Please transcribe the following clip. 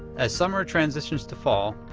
as summer transitions to fall,